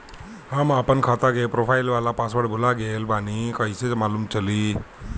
हम आपन खाता के प्रोफाइल वाला पासवर्ड भुला गेल बानी कइसे मालूम चली?